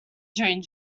during